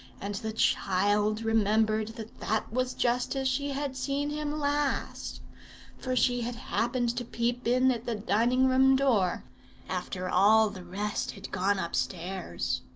and the child remembered that that was just as she had seen him last for she had happened to peep in at the dining-room door after all the rest had gone upstairs.